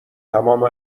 تمام